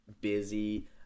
busy